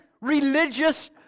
religious